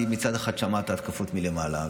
מצד אחד היא שמעה את ההתקפות מלמעלה.